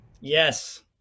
yes